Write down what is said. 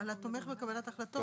"התומך בקבלת החלטות",